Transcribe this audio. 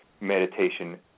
meditation